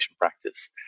practice